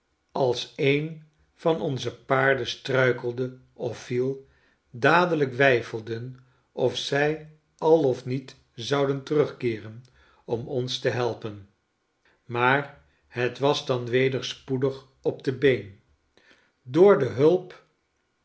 als een van onze paarden struikelde of viel dadelijk weifelden of zij al of niet zouden terugkeeren om ons te helpen maar het was dan weder spoedig op de been door de hulp